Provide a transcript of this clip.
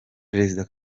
perezida